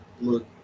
look